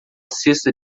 cesta